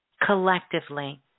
collectively